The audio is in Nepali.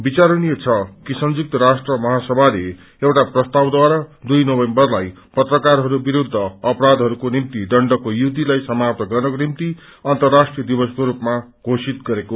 विचारणीय छ कि संयुक्त राष्ट्र महासभाले एउटा प्रस्तावद्वारा दुई नोमेम्बरलाई पत्रकारहरू विरूद्ध अपरायहरूको निम्ति दण्डको युतिलाई समाप्त गर्नको निम्ति अर्न्तराष्ट्रिय दिवसको रूपमा घोषित गरेको छ